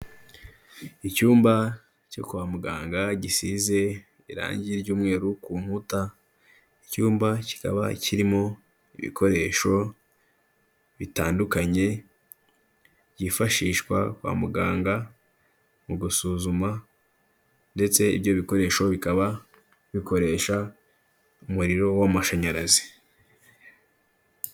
Icyumba cyo kwa muganga, gisize irangi ry'umweru ku nkuta, icyumba kikaba kirimo ibikoresho bitandukanye byifashishwa kwa muganga mu gusuzuma ndetse ibyo bikoresho bikaba bikoresha umuriro w'amashanyarazi.